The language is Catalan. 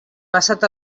passat